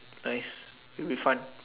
like would be fun